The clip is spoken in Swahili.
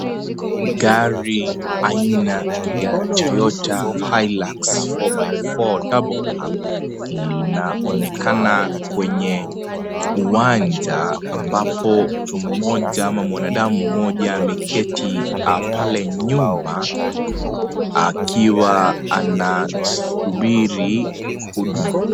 Gari aina ya Toyota Hilux 4 by 4 Double Cab linaonekana kwenye uwanja ambapo mmoja au mwanadamu mmoja ameketi pale nyuma akiwa anasubiri huduma.